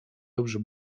dobrze